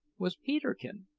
was peterkin.